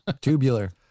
Tubular